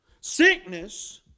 Sickness